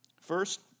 First